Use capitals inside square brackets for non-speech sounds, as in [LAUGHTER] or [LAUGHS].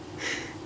[LAUGHS]